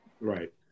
right